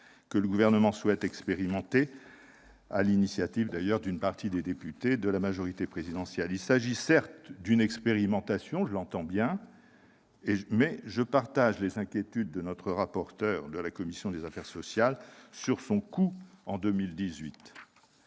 que le Gouvernement souhaite expérimenter, sur l'initiative d'une partie des députés de la majorité présidentielle. Il ne s'agit certes que d'une expérimentation, mais je partage les inquiétudes de notre rapporteur pour avis de la commission des affaires sociales sur le coût de ce